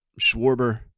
Schwarber